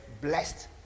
blessed